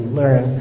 learn